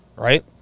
Right